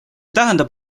tähendab